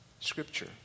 Scripture